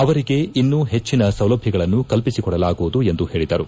ಅವರಿಗೆ ಇನ್ನೂ ಹೆಚ್ಚಿನ ಸೌಲಭ್ಯಗಳನ್ನು ಕಲ್ಪಿಸಿಕೊಡಲಾಗುವುದು ಎಂದು ಹೇಳಿದರು